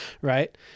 right